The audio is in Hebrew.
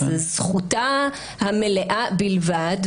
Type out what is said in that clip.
זו זכותה המלאה בלבד,